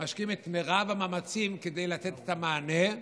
משקיעים את מרב המאמצים כדי לתת את המענה.